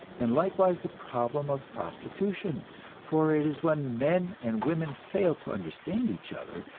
and likewise the problem of prostitution for it is when men and women fail to understand each other,